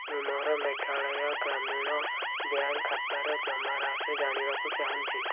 ମୁଁ ମୋର ମେଘାଳୟ ଗ୍ରାମୀଣ ବ୍ୟାଙ୍କ ଖାତାରେ ଜମାରାଶି ଜାଣିବାକୁ ଚାହୁଁଛି